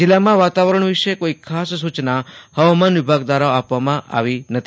જિલ્લામાં વાતાવરણ વિશે કોઈ ખાસ સુચના હવામાન વિભાગ દ્રારા આપવામાં આવી નથી